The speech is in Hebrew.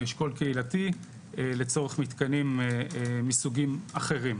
"אשכול קהילתי" לצורך מתקנים מסוגים אחרים.